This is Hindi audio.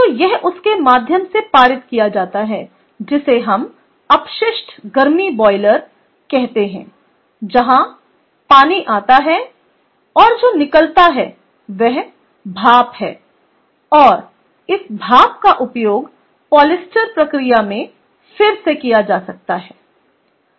तो यह उसके माध्यम से पारित किया जाता है जिसे हम अपशिष्ट गर्मी बॉयलर कहते हैं जहां पानी आता है और जो निकलता है वह भाप है और इस भाप का उपयोग पॉलिएस्टर प्रक्रिया में फिर से किया जा सकता है